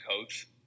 coach